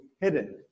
hidden